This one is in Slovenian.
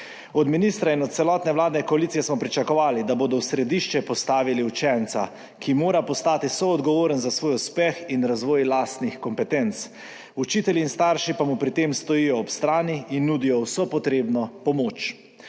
Od ministra in od celotne vladne koalicije smo pričakovali, da bodo v središče postavili učenca, ki mora postati soodgovoren za svoj uspeh in razvoj lastnih kompetenc, učitelji in starši pa mu pri tem stojijo ob strani in nudijo vso potrebno pomoč.